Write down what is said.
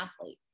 athlete